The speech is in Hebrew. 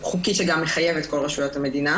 חוקי שגם מחייב את כל רשויות המדינה